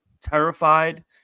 terrified